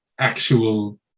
actual